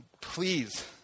please